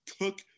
cook